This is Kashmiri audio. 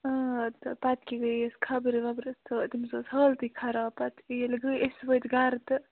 آ تہٕ پَتہٕ کیٛاہ گٔے أسۍ خَبرٕ وَبرٕ تہٕ تٔمِس ٲسۍ حالتٕے خراب پَتہٕ ییٚلہِ گٔے أسۍ وٲتۍ گَرٕ تہٕ